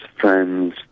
friends